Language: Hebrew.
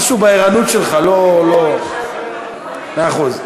משהו בערנות שלך לא, אני יושב, מאה אחוז.